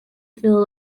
fill